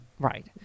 Right